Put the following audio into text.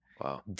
Wow